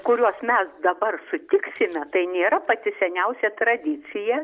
kuriuos mes dabar sutiksime tai nėra pati seniausia tradicija